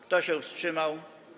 Kto się wstrzymał?